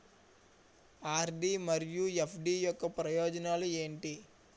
RD మరియు FD యొక్క ప్రయోజనాలు ఏంటి?